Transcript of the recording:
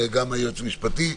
גם לייעוץ המשפטי,